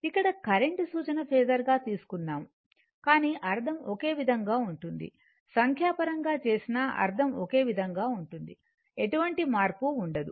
ఇక్కడ కరెంట్ సూచన ఫేసర్గా తీసుకుంన్నాము కానీ అర్థం ఒకే విధంగా ఉంటుంది సంఖ్యా పరంగా చేసినా అర్థం ఒకే విధంగా ఉంటుంది ఎటువంటి మార్పు ఉండదు